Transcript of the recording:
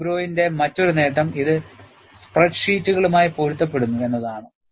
AFGROW ന്റെ മറ്റൊരു നേട്ടം ഇത് സ്പ്രെഡ്ഷീറ്റുകളുമായി പൊരുത്തപ്പെടുന്നു എന്നതാണ്